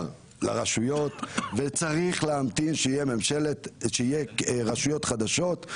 לרשויות וצריך להמתין שיהיו רשויות חדשות.